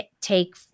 take